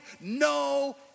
no